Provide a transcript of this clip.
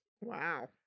Wow